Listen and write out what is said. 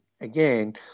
again